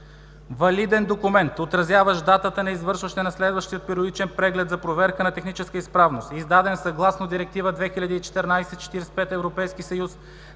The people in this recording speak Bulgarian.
„валиден документ, отразяващ датата на извършване на следващия периодичен преглед за проверка на техническа изправност, издаден съгласно Директива 2014/45/ЕС на Европейския